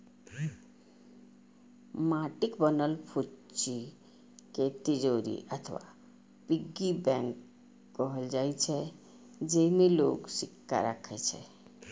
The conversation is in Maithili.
माटिक बनल फुच्ची कें तिजौरी अथवा पिग्गी बैंक कहल जाइ छै, जेइमे लोग सिक्का राखै छै